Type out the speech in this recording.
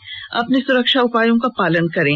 सभी सुरक्षा उपायों का पालन करें